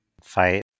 fight